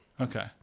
Okay